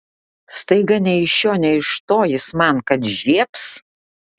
staiga nei iš šio nei iš to jis man kad žiebs